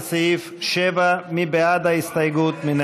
לסעיף 7. מי בעד ההסתייגות?